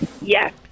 Yes